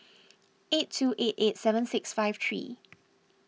eight two eight eight seven six five three